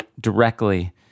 directly